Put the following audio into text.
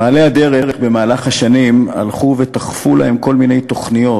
במעלה הדרך במהלך השנים הלכו ותכפו להן כל מיני תוכניות,